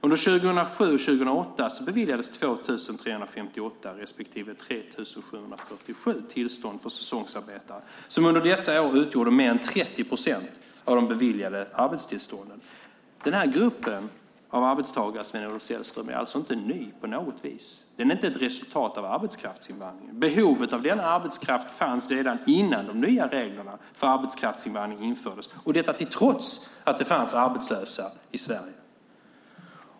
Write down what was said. Under 2007 och 2008 beviljades 2 358 respektive 3 747 tillstånd för säsongsarbetare som under dessa år utgjorde mer än 30 procent av de beviljade arbetstillstånden. Den här gruppen av arbetstagare, Sven-Olof Sällström, är alltså inte ny på något vis. Det är inte ett resultat av arbetskraftsinvandringen. Behovet av denna arbetskraft fanns redan innan de nya reglerna för arbetskraftsinvandring infördes, detta till trots av att det fanns arbetslösa i Sverige.